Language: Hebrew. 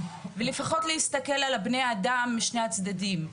אז לפחות להסתכל על בני האדם משני הצדדים.